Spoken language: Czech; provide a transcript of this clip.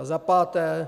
Za páté.